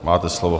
Máte slovo.